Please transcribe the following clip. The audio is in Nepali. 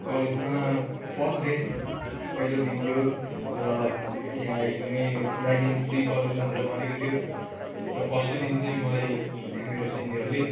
कलेजमा फर्स्ट डे पहिलो दिन थियो र यहाँ एकदमै र्यागिङ फ्री कलेज भनेर भनेको थियो र फर्स्टै दिन चाहिँ मलाई मेरो सिनियरले